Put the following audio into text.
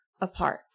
apart